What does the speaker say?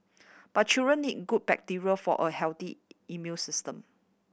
but children need good bacteria for a healthy immune system